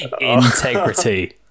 Integrity